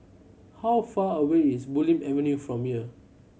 how far away is Bulim Avenue from here